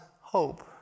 hope